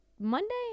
Monday